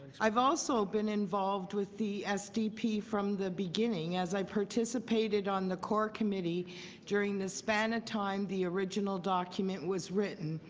also been involved with the stp from the beginning as i participated on the core committee during the span of time the original document was written.